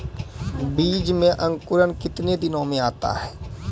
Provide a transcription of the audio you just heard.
बीज मे अंकुरण कितने दिनों मे आता हैं?